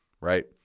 right